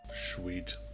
sweet